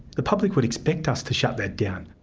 the public would expect us to shut that down.